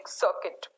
circuit